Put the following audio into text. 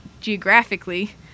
geographically